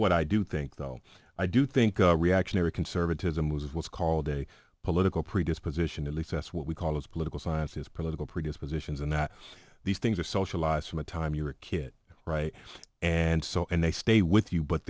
what i do think though i do think reactionary conservatism was what's called a political predisposition at least that's what we call it political science is political predispositions and that these things are socialized from the time you're a kid right and so and they stay with you but